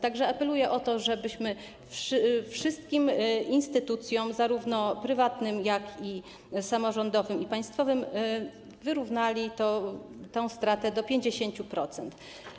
Tak więc apeluję o to, żebyśmy wszystkim instytucjom zarówno prywatnym, jak i samorządowym, i państwowym wyrównali tę stratę do 50%.